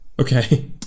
Okay